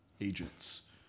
agents